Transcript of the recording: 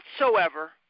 whatsoever